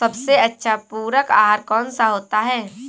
सबसे अच्छा पूरक आहार कौन सा होता है?